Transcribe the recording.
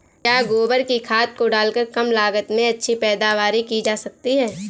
क्या गोबर की खाद को डालकर कम लागत में अच्छी पैदावारी की जा सकती है?